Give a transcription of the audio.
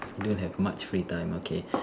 you don't have much free time okay